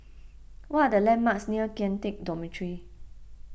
what are the landmarks near Kian Teck Dormitory